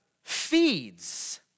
feeds